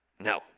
No